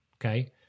Okay